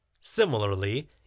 Similarly